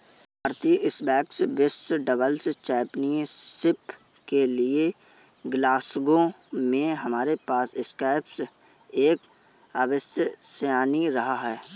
भारतीय स्क्वैश विश्व doubles championship के लिएग्लासगो में हमारे पास स्क्वैश एक अविश्वसनीय रहा है